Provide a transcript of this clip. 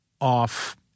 off